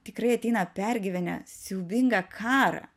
tikrai ateina pergyvenę siaubingą karą